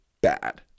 bad